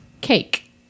cake